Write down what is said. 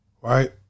right